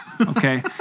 okay